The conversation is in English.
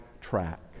track